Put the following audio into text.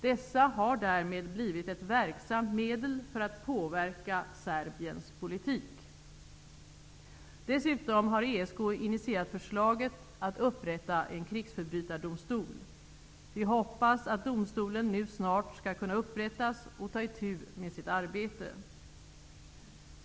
Dessa har därmed blivit ett verksamt medel för att påverka Serbiens politik. Dessutom har ESK initierat förslaget att upprätta en krigsförbrytardomstol. Vi hoppas att domstolen nu snart skall kunna upprättas och ta itu med sitt arbete.